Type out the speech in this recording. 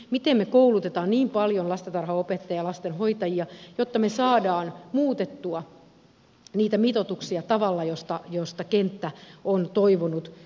miten me koulutamme niin paljon lastentarhanopettajia ja lastenhoitajia jotta me saamme muutettua niitä mitoituksia tavalla jota kenttä on toivonut